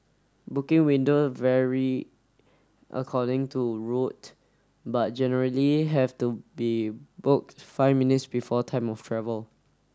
booking window vary according to route but generally have to be booked five minutes before time of travel